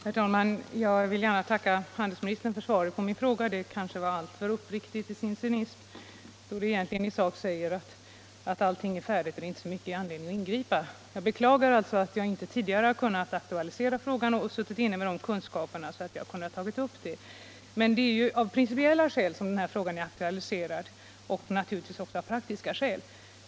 Herr talman! Jag vill gärna tacka handelsministern för svaret på min fråga. Det var kanske alltför uppriktigt i sin cynism, då det egentligen i sak säger att allting är färdiglevererat. Jag beklagar att jag inte suttit inne med sådana kunskaper att jag tidigare kunnat aktualisera frågan. Det är av principiella men naturligtvis också av praktiska skäl som den här frågan nu är aktualiserad.